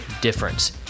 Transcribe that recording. difference